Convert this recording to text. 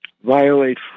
Violate